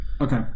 okay